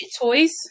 toys